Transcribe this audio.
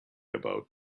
about